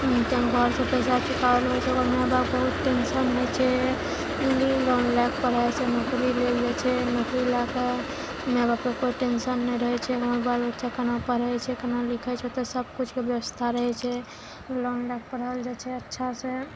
तऽ घरसँ पैसा चुकाबय लए होइ छै ओकर मैया बापके बहुत टेंशन होइ छै लोन लए कऽ पढ़यसँ नौकरी लेल जाइ छै नौकरी लए कऽ मैआ बापके कोइ टेंशन नहि रहय छै हमर बाल बच्चा केना पढ़य छै केना लिखय छै ओतऽ सबकिछुके व्यवस्था रहय छै लोन लए कऽ पढ़ल जाइ छै अच्छासँ